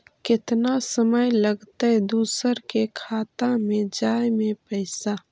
केतना समय लगतैय दुसर के खाता में जाय में पैसा?